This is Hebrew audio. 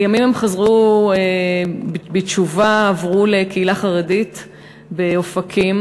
לימים הם חזרו בתשובה ועברו לקהילה חרדית באופקים.